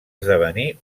esdevenir